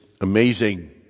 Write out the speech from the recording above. amazing